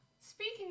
speaking